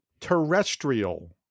Terrestrial